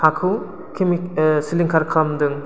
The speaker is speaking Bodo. हाखौ सिलिंखार खालामदों